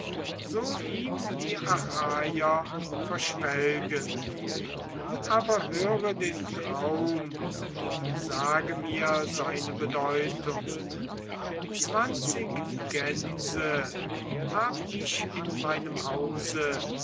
so ihm die achaier verschwelgen aber höre den traum und sage mir seine bedeutung zwanzig gänse hab ich in meinem hause